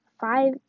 five